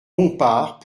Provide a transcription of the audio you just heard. bompard